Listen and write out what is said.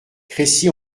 crécy